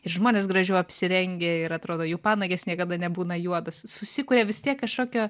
ir žmonės gražiau apsirengę ir atrodo jų panagės niekada nebūna juodos susikuria vis tiek kažkokio